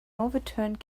overturned